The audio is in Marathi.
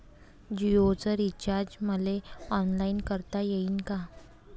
जीओच रिचार्ज मले ऑनलाईन करता येईन का?